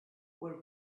were